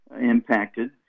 impacted